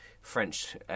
French